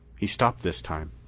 he stopped this time.